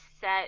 set